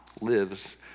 lives